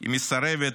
היא מסרבת לגווע.